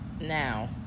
now